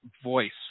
voice